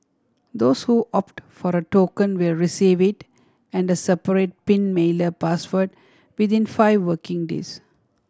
those who opt for a token will receive it and a separate pin mailer password within five working days